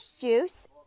Juice